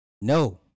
No